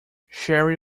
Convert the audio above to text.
sherry